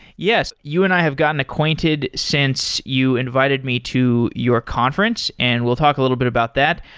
yes. you and i have gotten acquainted since you invited me to your conference, and we'll talk a little bit about that.